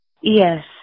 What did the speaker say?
Yes